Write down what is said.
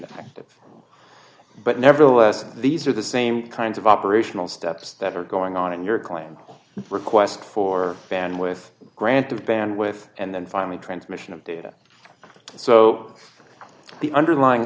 steps but nevertheless these are the same kinds of operational steps that are going on in your claim request for fan with grants of van with and then finally transmission of data so the underlying